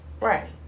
Right